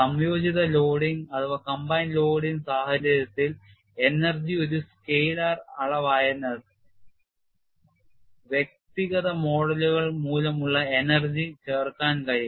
സംയോജിത ലോഡിങ് സാഹചര്യത്തിൽ energy ഒരു സ്കെയിലർ അളവായതിനാൽ വ്യക്തിഗത മോഡുകൾ മൂലമുള്ള energy ചേർക്കാൻ കഴിയും